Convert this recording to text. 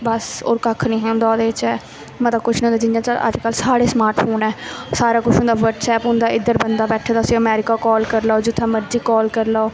बस होर कक्ख निं हा होंदा ओह्दे च मता कुछ निं होंदा जि'यां साढ़े स्मार्ट फोन ऐ सारा कुछ होंदा व्हाट्सऐप होंदा इद्धर बंदा बैठे दा उस्सी अमेरीका काल करी लैओ जित्थै मर्जी काल करी लैओ